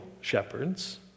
shepherds